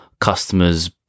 customers